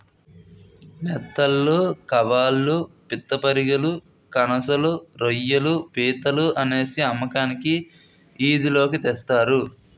నెత్తళ్లు కవాళ్ళు పిత్తపరిగెలు కనసలు రోయ్యిలు పీతలు అనేసి అమ్మకానికి ఈది లోకి తెస్తారు